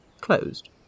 Closed